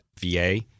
VA